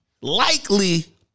likely